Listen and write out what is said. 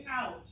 out